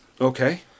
Okay